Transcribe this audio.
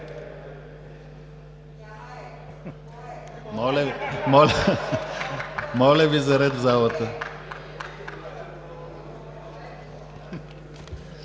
Моля Ви за ред в залата!